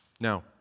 Now